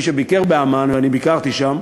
מי שביקר בעמאן, ואני ביקרתי שם